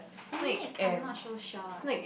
snake I'm not so sure eh